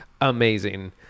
amazing